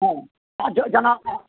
हँ हँ जँऽ जेना अहाँ